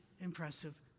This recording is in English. impressive